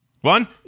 One